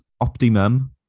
Optimum